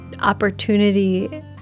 opportunity